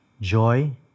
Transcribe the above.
joy